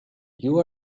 you